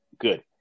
good